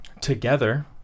together